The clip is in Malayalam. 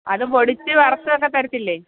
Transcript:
അത് പൊടിച്ച് വറത്തുമൊക്കെ തരത്തില്ലേ